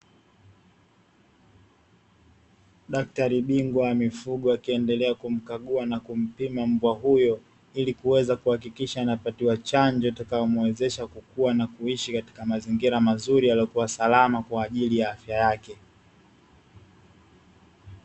Daktari bingwa wa mifugo akiendelea kumkagua na kumpima mbwa huyo, ili kuweza kuhakikisaha anapatiwa chanjo itakayomuezesha kukua na kuishi katika mazingira salama kwa ajili ya afya yake.